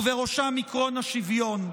ובראשם עקרון השוויון.